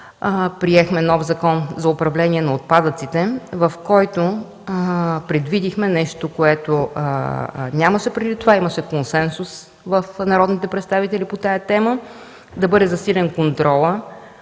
приехме нов Закон за управление на отпадъците, в който предвидихме нещо, което нямаше преди това – имаше консенсус сред народните представители по тази тема: да бъде засилен контролът